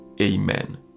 amen